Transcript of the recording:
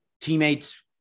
teammates